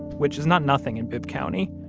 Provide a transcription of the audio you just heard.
which is not nothing in bibb county,